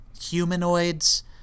humanoids